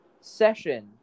session